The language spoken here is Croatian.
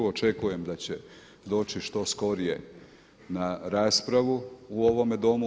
Očekujem da će doći što skorije na raspravu u ovome Domu.